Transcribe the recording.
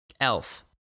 Elf